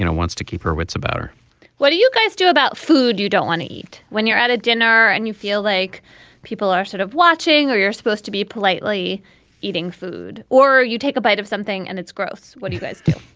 you know wants to keep her wits about her what do you guys do about food you don't wanna eat when you're at a dinner and you feel like people are sort of watching or you're supposed to be politely eating food or you take a bite of something and it's gross what do you guys do.